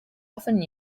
often